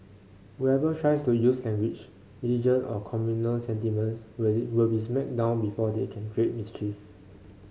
whoever tries to use language religion or communal sentiments will be smacked down before they can create mischief